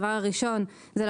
ראשית,